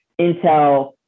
intel